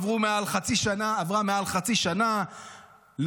עברה מעל חצי שנה,